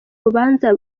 rubanza